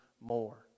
more